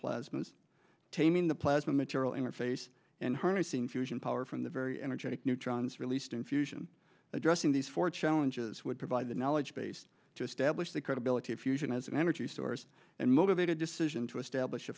plasmas taming the plasma material interface and harnessing fusion power from the very energetic neutrons released in fusion addressing these four challenges would provide the knowledge base to establish the credibility of fusion as an energy source and motivated decision to establish a